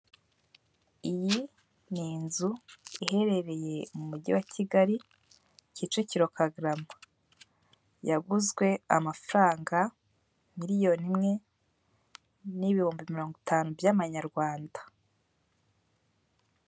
Iyi ni inzu iherereye mu mujyi wa Kigali Kicukiro Kagarama, yaguzwe amafaranga miliyoni imwe n'ibihumbi mirongo itanu by'amanyarwanda.